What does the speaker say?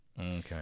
Okay